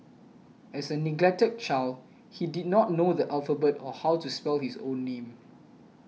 as a neglected child he did not know the alphabet or how to spell his own name